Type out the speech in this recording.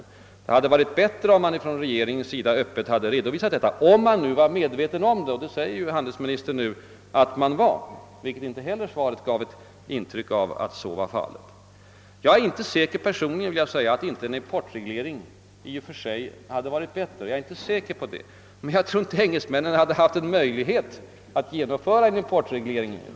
Det hade varit bättre, om man från regeringens sida hade redovisat detta, om man nu var medveten om det, och det säger ju handelsministern att man var; något intryck av att så var fallet fick man dock inte av svaret. Personligen är jag inte säker på att inte en importreglering i och för sig hade varit bättre än de åtgärder som nu vidtagits. Men jag tror inte att det för engelsmännen var möjligt att införa en importreglering.